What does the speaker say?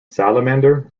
salamander